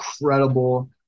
incredible